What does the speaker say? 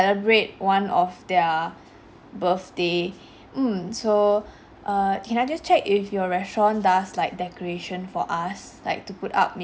~brate one of their birthday mm so err can I just check if your restaurant does like decoration for us like to put up may~